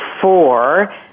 four